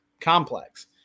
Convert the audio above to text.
complex